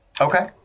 Okay